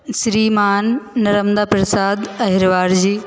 श्रीमान नरमदा प्रसाद अहीरवार जी